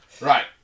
Right